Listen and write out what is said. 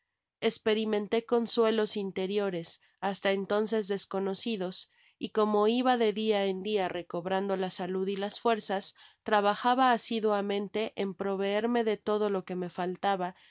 esperimenté consuelos interiores hasta entonces desconocidos y cómo iba de dia en dia recobrando la salud y las fuerzas trabajaba asiduamente en proveerme de todo lo que me faltaba